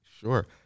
Sure